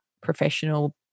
professional